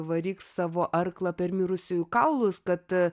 varyk savo arklą per mirusiųjų kaulus kad